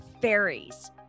fairies